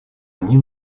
они